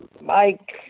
Mike